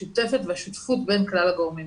המשותפת והשותפות בין כלל הגורמים,